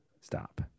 Stop